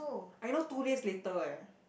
I know two days later leh